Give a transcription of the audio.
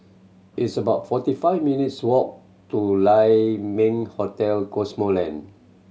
it's about forty five minutes' walk to Lai Ming Hotel Cosmoland